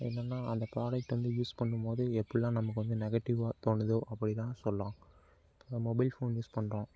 என்னன்னா அந்த ப்ராடெக்ட் வந்து யூஸ் பண்ணும் போது எப்படிலாம் நமக்கு வந்து நெகட்டிவ்வாக தோணுதோ அப்படி தான் சொல்லலாம் மொபைல் ஃபோன் யூஸ் பண்ணுறோம்